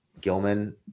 Gilman